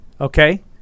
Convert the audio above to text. okay